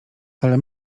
ale